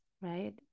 right